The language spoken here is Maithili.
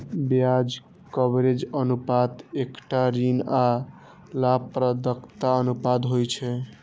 ब्याज कवरेज अनुपात एकटा ऋण आ लाभप्रदताक अनुपात होइ छै